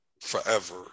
forever